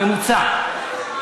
הממוצע,